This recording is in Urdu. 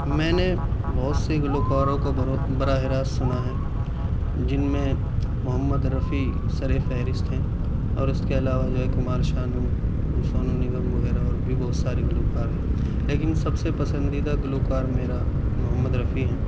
میں نے بہت سے گلوکاروں کو براہ راست سنا ہے جن میں محمد رفیع سر فہرست ہیں اور اس کے علاوہ جو ہے کمار شانو سونو نگم وغیرہ اور بھی بہت سارے گلوکار ہیں لیکن سب سے پسندیدہ گلوکار میرا محمد رفیع ہیں